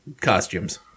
costumes